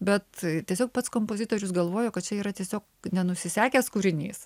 bet tiesiog pats kompozitorius galvojo kad čia yra tiesiog nenusisekęs kūrinys